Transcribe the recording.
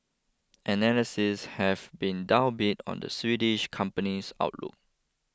analysts have been downbeat on the Swedish company's outlook